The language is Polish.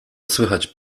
słychać